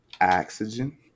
oxygen